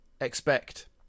expect